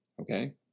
Okay